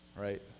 right